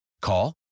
Call